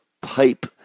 pipe